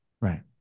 Right